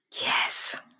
Yes